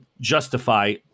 justify